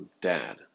dad